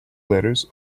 letters